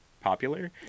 popular